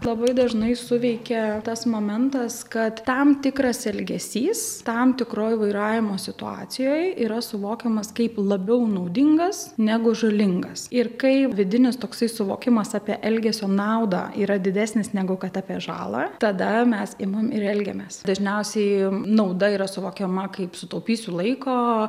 labai dažnai suveikia tas momentas kad tam tikras elgesys tam tikroj vairavimo situacijoj yra suvokiamas kaip labiau naudingas negu žalingas ir kai vidinis toksai suvokimas apie elgesio naudą yra didesnis negu kad apie žalą tada mes imam ir elgiamės dažniausiai nauda yra suvokiama kaip sutaupysiu laiko